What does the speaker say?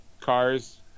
cars